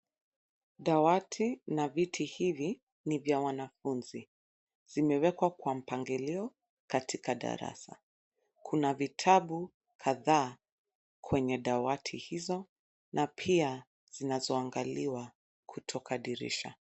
Dawati na viti hivi ni vya wanafunzi. Zimewekwa kwa mpangilio katika darasa. Kuna vitabu kadhaa kwenye dawati hizo na pia zinazoangaliwa kutoka dirisha.